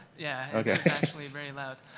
yeah. okay. it's actually very loud.